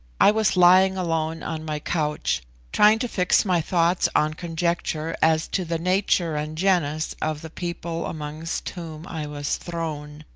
i was lying alone on my couch trying to fix my thoughts on conjecture as to the nature and genus of the people amongst whom i was thrown,